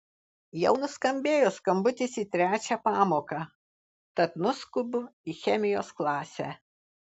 jau nuskambėjo skambutis į trečią pamoką tad nuskubu į chemijos klasę